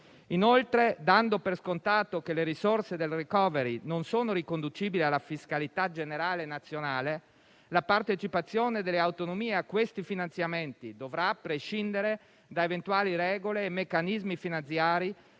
Inoltre, dando per scontato che le risorse del *recovery* non sono riconducibili alla fiscalità generale nazionale, la partecipazione delle autonomie a questi finanziamenti dovrà prescindere da eventuali regole e meccanismi finanziari